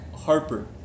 Harper